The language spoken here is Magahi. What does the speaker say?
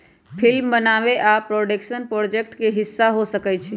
फिल्म बनाबे आ प्रोडक्शन प्रोजेक्ट के हिस्सा हो सकइ छइ